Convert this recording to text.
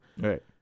Right